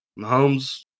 Mahomes